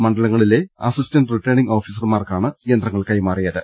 മണ്ഡലങ്ങളിലെ assistant returning ഓഫീസർമാർക്കാണ് യന്ത്രങ്ങൾ കൈമാറിയത്